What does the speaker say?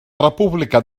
república